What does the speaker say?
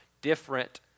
different